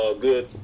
good